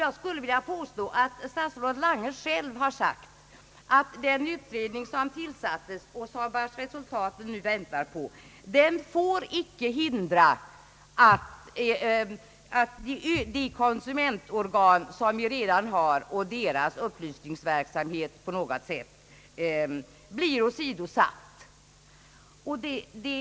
Jag skulle vilja framhålla att statsrådet Lange själv har sagt att den utredning vars resultat vi nu väntar på inte får hindra att befintliga konsumentorgan och deras upplysningsverksamhet tillgodoses.